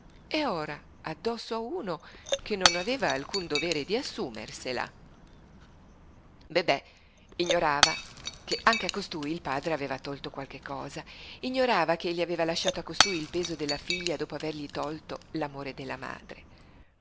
e ora addosso a uno che non aveva alcun dovere di assumersela bebè ignorava che anche a costui il padre aveva tolto qualche cosa ignorava ch'egli aveva lasciato a costui il peso della figlia dopo avergli tolto l'amore della madre